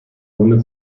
ohne